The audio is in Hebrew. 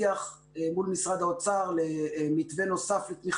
הולכים לפרויקטים שהם הרבה יותר גדולים ומשמעותיים,